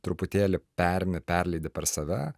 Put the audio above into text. truputėlį perimi perleidi per save